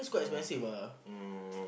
oh oh